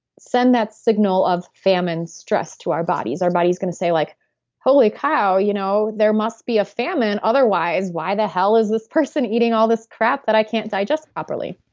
send that signal of famine stress to our bodies. our body's going to say, like holy cow you know there must be a famine. otherwise, why the hell is this person eating all this crap that i can't digest properly?